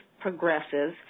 progresses